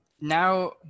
Now